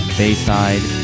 bayside